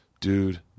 Dude